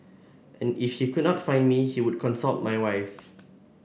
and if he could not find me he would consult my wife